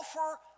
offer